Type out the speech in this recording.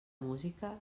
música